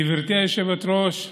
גברתי היושבת-ראש,